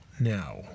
Now